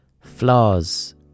flaws